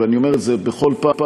ואני אומר את זה כל פעם,